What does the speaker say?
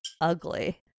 ugly